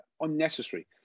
unnecessary